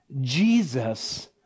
Jesus